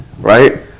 right